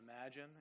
imagine